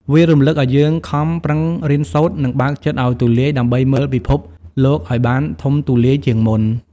វារំលឹកឱ្យយើងខំប្រឹងរៀនសូត្រ និងបើកចិត្តឱ្យទូលាយដើម្បីមើលពិភពលោកឱ្យបានធំទូលាយជាងមុន។